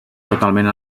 totalment